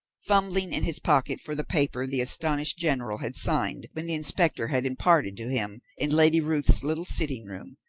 fumbling in his pocket for the paper the astonished general had signed when the inspector had imparted to him, in lady ruth's little sitting-room,